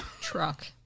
Truck